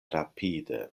rapide